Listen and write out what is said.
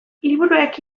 liburuak